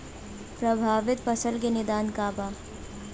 प्रभावित फसल के निदान का बा?